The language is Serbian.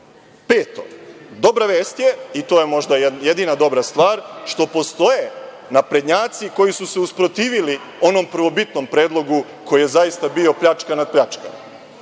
dobra vest je, i to je možda jedina dobra stvar, što postoje naprednjaci koji su se usprotivili onom prvobitnom predlogu koji je zaista bio pljačka nad pljačkama.